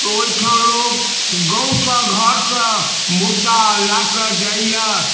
ओहिठाम लोक गामघरसँ मुरदा लऽ कऽ जाइए